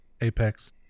Apex